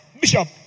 Bishop